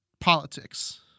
politics